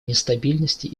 нестабильности